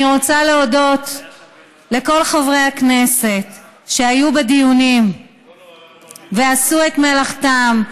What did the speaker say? אני רוצה להודות לכל חברי הכנסת שהיו בדיונים ועשו את מלאכתם,